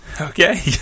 Okay